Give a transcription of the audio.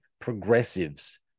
progressives